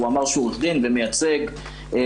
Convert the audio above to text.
הוא אמר שהוא עו"ד ומייצג בבג"צ.